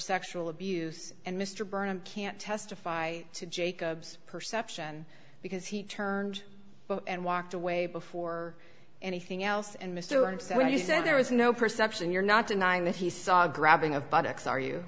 sexual abuse and mr burnham can't testify to jacob's perception because he turned and walked away before anything else and mr and so when you say there is no perception you're not denying that he saw grabbing of buttocks are you